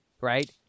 right